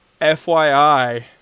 FYI